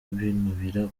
binubira